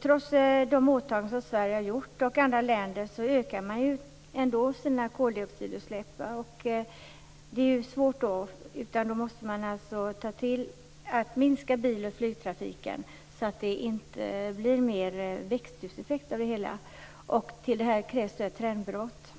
Trots de åtaganden som Sverige och andra länder har gjort ökar man sina koldioxidutsläpp. Detta är ett svårt problem. Här måste man minska bil och flygtrafiken så att det inte blir mer växthuseffekt av det hela. Till det krävs ett trendbrott.